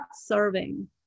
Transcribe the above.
serving